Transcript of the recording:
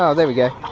ah there we go